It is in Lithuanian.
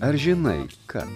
ar žinai viską